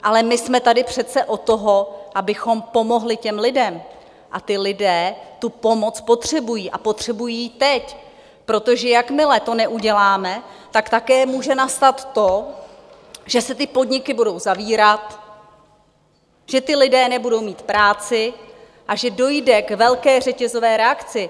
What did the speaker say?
Ale my jsme tady přece od toho, abychom pomohli lidem, a ti lidé pomoc potřebují a potřebují ji teď, protože jakmile to neuděláme, tak také může nastat to, že se podniky budou zavírat, že lidé nebudou mít práci a že dojde k velké řetězové reakci.